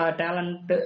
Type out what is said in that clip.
talent